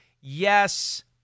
Yes